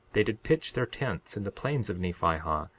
they did pitch their tents in the plains of nephihah,